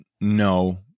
No